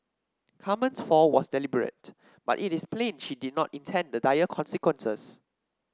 Carmen's fall was deliberate but it is plain she did not intend the dire consequences